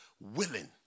willing